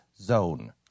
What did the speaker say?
zone